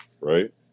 right